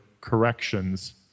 corrections